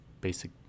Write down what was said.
basic